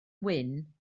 wyn